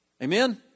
Amen